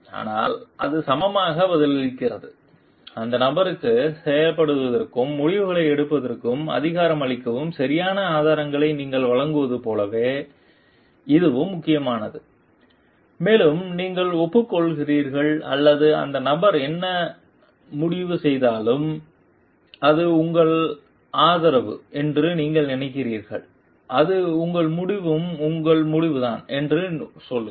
ஆனால் அது சமமாக பதிலளிக்கிறது அந்த நபருக்குச் செயல்படுவதற்கும் முடிவுகளை எடுப்பதற்கும் அதிகாரமளிக்கவும் சரியான ஆதாரங்களை நீங்கள் வழங்குவது போலவே இதுவும் முக்கியமானது மேலும் நீங்கள் ஒப்புக்கொள்கிறீர்கள் அல்லது அந்த நபர் என்ன முடிவு செய்தாலும் அது உங்கள் ஆதரவு என்று நீங்கள் நினைக்கிறீர்கள் அது உங்கள் முடிவும் உங்கள் முடிவுதான் என்று சொல்லுங்கள்